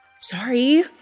Sorry